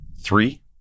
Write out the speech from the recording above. three